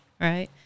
right